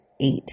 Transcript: eight